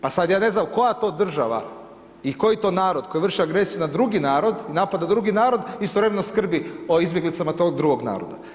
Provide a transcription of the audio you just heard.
Pa sa da je ne znam koja to država i koji to narod koji je vršio agresiju na drugi narod i napada drugi narod, istovremeno skrbi o izbjeglicama tog drugog naroda.